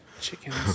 Chickens